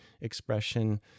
expression